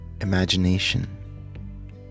imagination